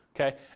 Okay